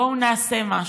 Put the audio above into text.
בואו נעשה משהו.